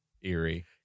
eerie